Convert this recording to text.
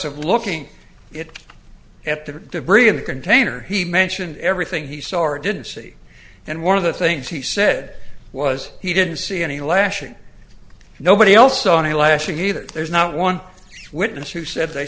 of looking it after debris of the container he mentioned everything he saw or didn't see and one of the things he said was he didn't see any lashing nobody else on the lashing either there's not one witness who said they